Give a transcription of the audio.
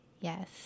Yes